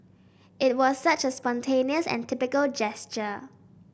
it was such a spontaneous and typical gesture